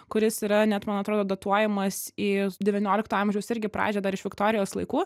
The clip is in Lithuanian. kuris yra net man atrodo datuojamas į devyniolikto amžiaus irgi pradžią dar iš viktorijos laikų